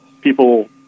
people